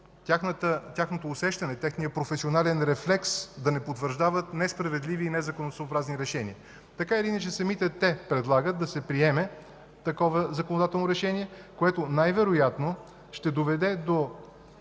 тяхното усещане и професионален рефлекс да не потвърждават несправедливи и незаконосъобразни решения. Така или иначе самите те предлагат да се приеме такова законодателно решение, което най-вероятно ще доведе до